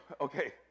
Okay